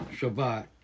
Shabbat